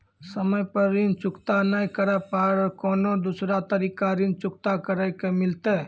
समय पर ऋण चुकता नै करे पर कोनो दूसरा तरीका ऋण चुकता करे के मिलतै?